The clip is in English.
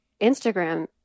Instagram